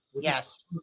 Yes